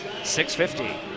650